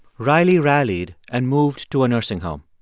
riley rallied and moved to a nursing home.